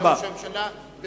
המשנה לראש הממשלה,